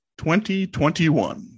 2021